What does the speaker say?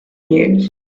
news